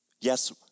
Yes